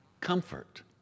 Comfort